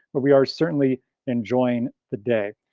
but we are certainly enjoying the day.